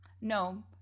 no